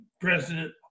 president